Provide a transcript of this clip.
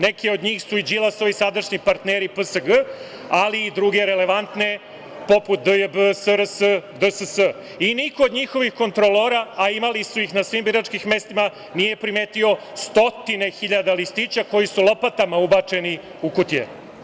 Neke od njih su i Đilasovi sadašnji partneri PSG, ali i druge relevantne poput DJB, SRS, DSS i niko od njihovih kontrolora, a imali su ih na svim biračkim mestima, nije primetio stotine hiljada listića koji su lopatama ubačeni u kutije.